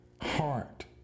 heart